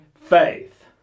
faith